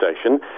station